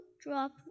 drop